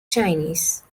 chinese